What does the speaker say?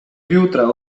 jutra